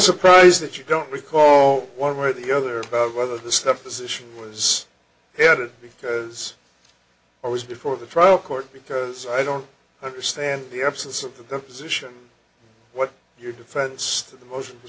surprised that you don't recall one way or the other about whether the stuff this issue was headed because it was before the trial court because i don't understand the absence of the position what your defense of the mo